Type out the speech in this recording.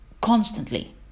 constantly